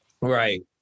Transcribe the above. Right